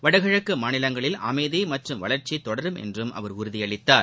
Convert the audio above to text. வடகிழக்கு மாநிலங்களில் அமைதி மற்றும் வளர்ச்சி தொடரும் என்றும் அவர் உறுதியளித்தார்